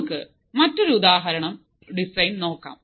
നമുക്ക് മറ്റൊരു ഉദാഹരണ ഡിസൈൻ നോക്കാം